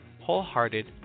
wholehearted